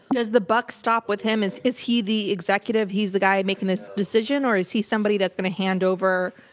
does the buck stop with him? is is he the executive? he's the guy and making the decision? or is he somebody that's going to hand over.